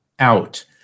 Out